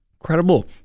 Incredible